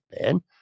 man